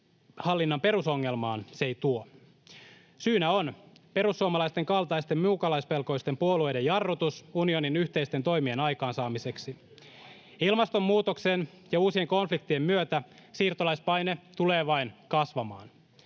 hallinnan perusongelmaan se ei tuo. Syynä on perussuomalaisten kaltaisten muukalaispelkoisten puolueiden jarrutus unionin yhteisten toimien aikaansaamiseksi. Ilmastonmuutoksen ja uusien konfliktien myötä siirtolaispaine tulee vain kasvamaan.